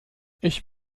ich